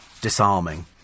disarming